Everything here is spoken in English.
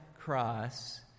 cross